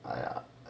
!aiya!